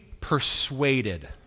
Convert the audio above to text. persuaded